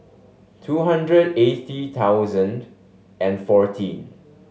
two hundred eighty thousand and fourteen